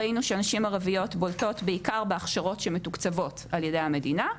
ראינו שנשים ערביות בולטות בעיקר בהכשרות שמתוקצבות על ידי המדינה.